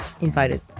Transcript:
invited